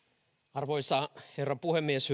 arvoisa herra puhemies